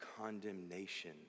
condemnation